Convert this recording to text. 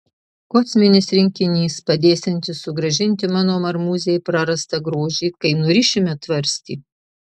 kosminis rinkinys padėsiantis sugrąžinti mano marmūzei prarastą grožį kai nurišime tvarstį